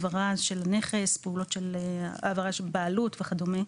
להעברה של נכס, פעולות של העברה של בעלות וכדומה.